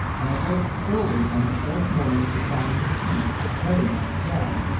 and awoke early on the fourth morning to find the sea very much down,